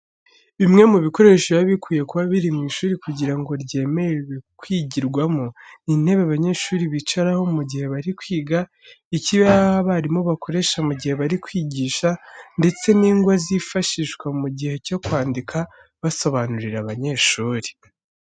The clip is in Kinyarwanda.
Bimwe mu bikoresho biba bikwiye kuba biri mu ishuri kugira ngo ryemererwe kwigirwamo, ni intebe abanyeshuri bicaraho mu gihe bari kwiga, ikibaho abarimu bakoresha mu gihe bari kwigisha, ndetse n'ingwa zifashishwa mu gihe cyo kwandika basobanurira abanyeshuri.